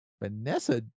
Vanessa